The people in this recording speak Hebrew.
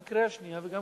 גם קריאה שנייה וגם